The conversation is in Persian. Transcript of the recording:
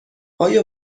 آیا